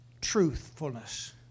truthfulness